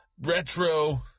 retro